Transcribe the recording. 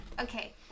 Okay